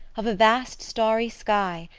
of a vast starry sky,